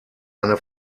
eine